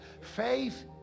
faith